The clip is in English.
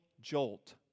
jolt